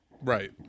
Right